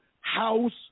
house